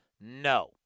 no